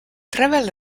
travel